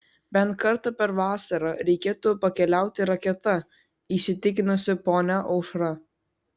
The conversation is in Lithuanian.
bent kartą per vasarą reikėtų pakeliauti raketa įsitikinusi ponia aušra